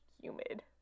humid